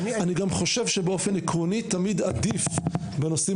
אני גם חושב שבאופן עקרוני תמיד עדיף בנושאים